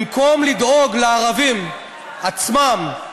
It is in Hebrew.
במקום לדאוג לערבים עצמם,